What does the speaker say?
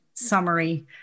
Summary